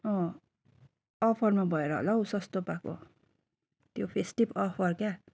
अँ अफरमा भएर होला हौ सस्तो पाएको त्यो फेस्टिभ अफर क्या